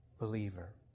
believer